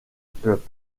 peuples